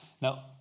Now